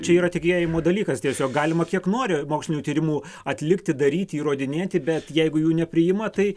čia yra tikėjimo dalykas tiesiog galima kiek nori mokslinių tyrimų atlikti daryti įrodinėti bet jeigu jų nepriima tai